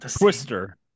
Twister